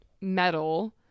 metal